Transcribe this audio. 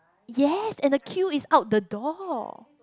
yes and the queue is out the door